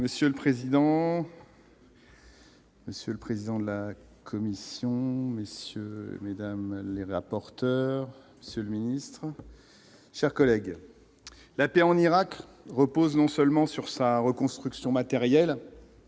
Monsieur le président. Monsieur le président de la commission, messieurs et mesdames les rapporteurs, seul le ministre, chers collègues, la paix en Irak repose non seulement sur sa reconstruction matérielle.